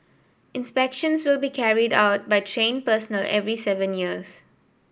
inspections will be carried out by trained personnel every seven years